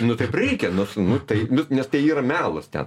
nu taip reikia nus nu tai nes tai yra melas te